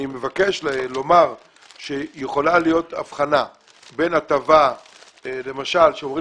אני מבקש לומר שיכולה להיות הבחנה בין הטבה כאשר למשל אומרים